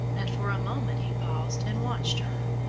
and for a moment he paused and watched her.